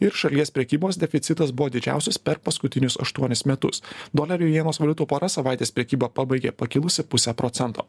ir šalies prekybos deficitas buvo didžiausios per paskutinius aštuonis metus dolerių jienos valiutų pora savaitės prekybą pabaigė pakilusi puse procento